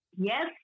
Yes